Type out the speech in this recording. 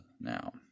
now